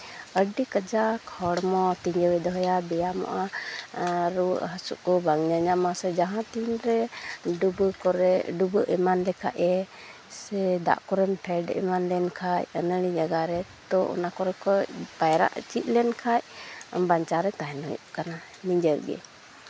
ᱟᱹᱰᱤ ᱠᱟᱡᱟᱠ ᱦᱚᱲᱢᱚ ᱛᱤᱨᱭᱟᱹ ᱫᱚᱦᱚᱭᱟ ᱵᱮᱭᱟᱢᱚᱜᱼᱟ ᱨᱩᱣᱟᱹ ᱦᱟᱹᱥᱩ ᱠᱚ ᱵᱟᱝ ᱧᱮᱧᱟᱢᱟ ᱥᱮ ᱡᱟᱦᱟᱸ ᱛᱤᱱ ᱨᱮ ᱰᱩᱵᱟᱹ ᱠᱚᱨᱮᱜ ᱰᱩᱵᱟᱹ ᱮᱢᱟᱱ ᱞᱮᱠᱷᱟᱡ ᱮ ᱥᱮ ᱫᱟᱜ ᱠᱚᱨᱮᱢ ᱯᱷᱮᱰ ᱮᱢᱟᱱ ᱞᱮᱱᱠᱷᱟᱡ ᱟᱹᱱᱟᱹᱲᱤ ᱡᱟᱭᱜᱟ ᱨᱮ ᱛᱳ ᱚᱱᱟ ᱠᱚᱨᱮ ᱠᱚᱡ ᱠᱷᱚᱡ ᱯᱟᱭᱨᱟᱜ ᱪᱮᱫ ᱞᱮᱱᱠᱷᱟᱡ ᱵᱟᱧᱪᱟᱣ ᱨᱮ ᱛᱟᱦᱮᱱ ᱦᱩᱭᱩᱜ ᱠᱟᱱᱟ ᱱᱤᱡᱮᱜᱮ